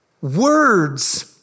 words